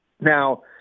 Now